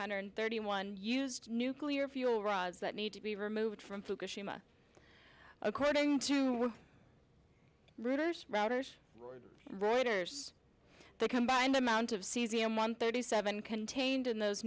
hundred thirty one used nuclear fuel rods that need to be removed from fukushima according to reuters routers reuters the combined amount of cesium one thirty seven contained in those